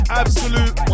absolute